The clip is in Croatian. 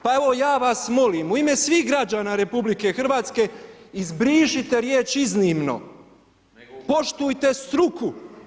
Pa evo ja vas molim u ime svih građana RH izbrišite riječ iznimno, poštujte struku.